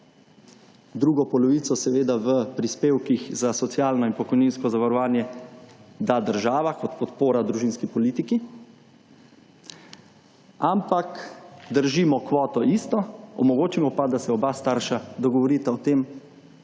Drugo polovico seveda v prispevkih za socialno in pokojninsko zavarovanje da država, kot podpora družinski politiki. Ampak držimo kvoto isto, omogočimo pa, da se oba starša dogovorita o tem,